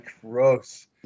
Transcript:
gross